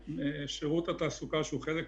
מפני שזאת הוראת שעה, זה לא מענק שנותנים כל חודש